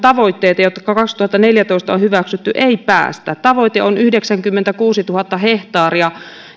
tavoitteisiin jotka kaksituhattaneljätoista on hyväksytty ei päästä tavoite on yhdeksänkymmentäkuusituhatta hehtaaria